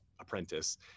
apprentice